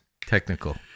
Technical